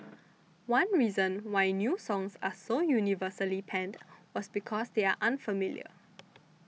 one reason why new songs are so universally panned was because they are unfamiliar